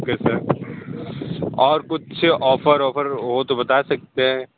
okay sir और कुछ offer वॉफर हो तो बता सकते हैं